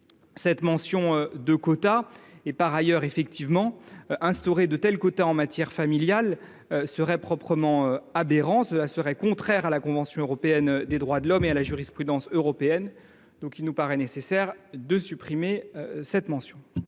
nécessaire de la supprimer. Enfin, instaurer de tels quotas en matière familiale serait proprement aberrant. Cela serait contraire à la Convention européenne des droits de l’homme et à la jurisprudence européenne. Il nous paraît donc nécessaire de supprimer une telle mention.